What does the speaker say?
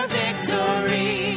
victory